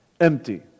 empty